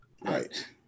Right